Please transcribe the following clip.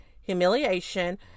humiliation